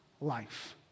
life